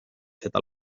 seda